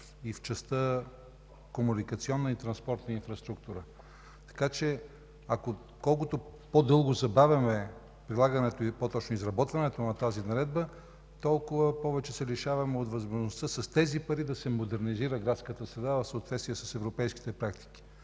и в частта за комуникационна и транспортна инфраструктура. Колкото по-дълго забавяме изработването на тази наредба, толкова повече се лишаваме от възможността с тези пари да се модернизира градската страна в съответствие с европейските проекти.